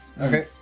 Okay